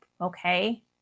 Okay